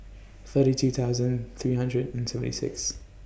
thirty two thousand three hundred and seventy six